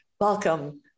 welcome